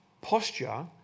posture